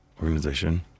organization